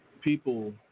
People